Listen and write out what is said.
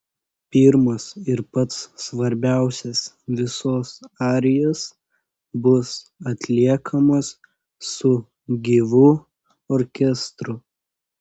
pirmas ir pats svarbiausias visos arijos bus atliekamos su gyvu orkestru